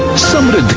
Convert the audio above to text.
somebody